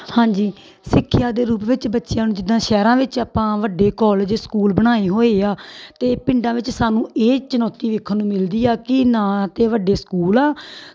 ਹਾਂਜੀ ਸਿੱਖਿਆ ਦੇ ਰੂਪ ਵਿੱਚ ਬੱਚਿਆਂ ਨੂੰ ਜਿੱਦਾਂ ਸ਼ਹਿਰਾਂ ਵਿੱਚ ਆਪਾਂ ਵੱਡੇ ਕੋਲਜ ਸਕੂਲ ਬਣਾਏ ਹੋਏ ਆ ਅਤੇ ਪਿੰਡਾਂ ਵਿੱਚ ਸਾਨੂੰ ਇਹ ਚੁਣੌਤੀ ਵੇਖਣ ਨੂੰ ਮਿਲਦੀ ਆ ਕਿ ਨਾ ਤਾਂ ਵੱਡੇ ਸਕੂਲ ਆ